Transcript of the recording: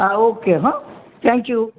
હા ઓકે હો thank you